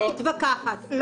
לא מתווכחת.